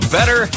Better